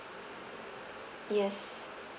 yes